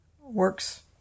works